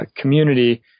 community